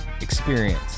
experience